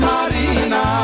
Marina